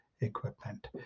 equipment